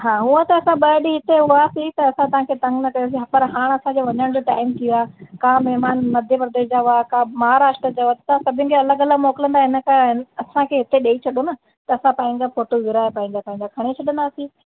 हा हूअं त असां ॿ ॾींहं हिते हुआसीं त असां तव्हांखे तंग न कयोसीं पर हाण असांजो वञण जो टाइम थी वियो आहे का महिमान मध्य प्रदेश जा हुआ का महाराष्ट्र जा हुआ तव्हां सभिनि जो अलॻि अलॻि मोकिलिंदा इन का न असांखे हिते ॾेई छॾो न त असांजा पंहिंजा फ़ोटो घुराए पंहिंजा पंहिंजा खणे छॾंदासीं